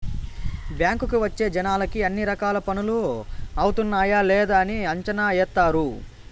బ్యాంకుకి వచ్చే జనాలకి అన్ని రకాల పనులు అవుతున్నాయా లేదని అంచనా ఏత్తారు